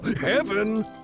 Heaven